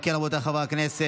אם כן, רבותיי חברי הכנסת,